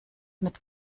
mit